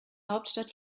hauptstadt